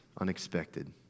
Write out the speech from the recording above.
unexpected